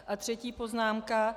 A třetí poznámka.